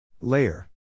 Layer